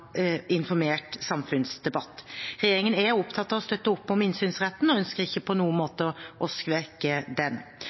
informert samfunnsdebatt. Regjeringen er opptatt av å støtte opp om innsynsretten og ønsker ikke på noen måte å svekke den.